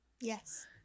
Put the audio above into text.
yes